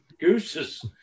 Gooses